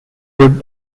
would